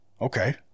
Okay